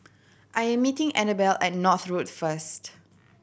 I am meeting Annabelle at North Road first